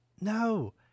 No